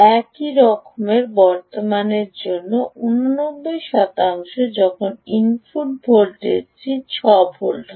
একই current র জন্য 89 শতাংশ যখন ইনপুট ভোল্টেজ 6 ভোল্ট হয়